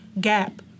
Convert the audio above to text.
gap